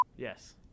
Yes